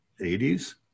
80s